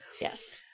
yes